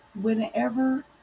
whenever